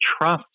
trust